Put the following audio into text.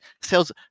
sales